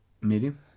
Medium